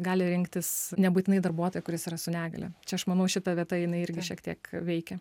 gali rinktis nebūtinai darbuotoją kuris yra su negalia čia aš manau šita vieta jinai irgi šiek tiek veikia